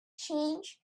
change